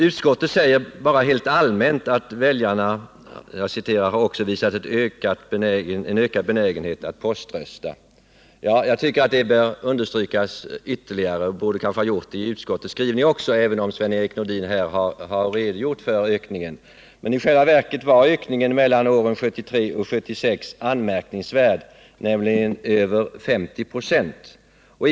Utskottet säger bara helt allmänt att väljarna ”har också visat en ökad benägenhet att poströsta”. Detta bör understrykas ytterligare — det borde det kanske ha gjorts också i utskottets skrivning —, även om Sven-Erik Nordin har redogjort för ökningen. I själva verket var ökningen mellan år 1973 och år 1976 anmärkningsvärd, nämligen över 50 96.